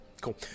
Cool